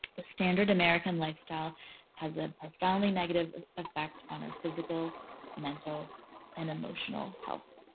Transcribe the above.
the standard american lifestyle has a profoundly negative effect on our physical mental and emotional health.